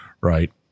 right